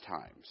times